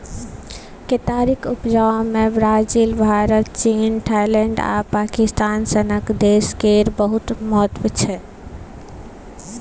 केतारीक उपजा मे ब्राजील, भारत, चीन, थाइलैंड आ पाकिस्तान सनक देश केर बहुत महत्व छै